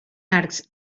arcs